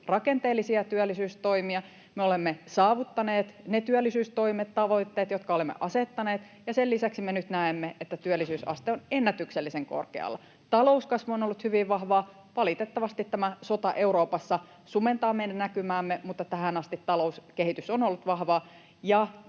rakenteellisia työllisyystoimia. Me olemme saavuttaneet ne työllisyystoimet, tavoitteet, jotka olemme asettaneet, ja sen lisäksi me nyt näemme, että työllisyysaste on ennätyksellisen korkealla. Talouskasvu on ollut hyvin vahvaa. Valitettavasti tämä sota Euroopassa sumentaa meidän näkymäämme, mutta tähän asti talouskehitys on ollut vahvaa,